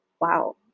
wow